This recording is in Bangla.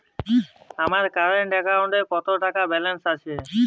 আমার কারেন্ট অ্যাকাউন্টে কত টাকা ব্যালেন্স আছে?